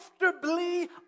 comfortably